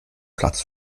platz